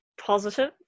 positive